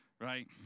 right